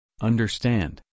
understand